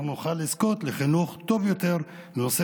אנחנו נוכל לזכות לחינוך טוב יותר בנושא